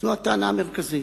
זו הטענה המרכזית.